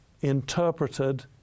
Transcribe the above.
interpreted